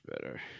better